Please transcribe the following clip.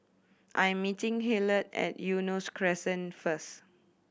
I am meeting Hillard at Eunos Crescent first